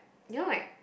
you know like